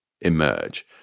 emerge